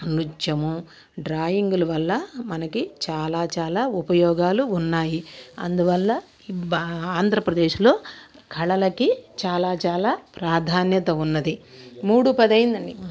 నృత్యము డ్రాయింగుల వల్ల మనకి చాలా చాలా ఉపయోగాలు ఉన్నాయి అందువల్ల ఆంధ్రప్రదేశ్లో కళలకి చాలా చాలా ప్రాధాన్యత ఉన్నది మూడు పది అయింది అండి